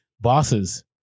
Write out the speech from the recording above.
bosses